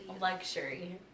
Luxury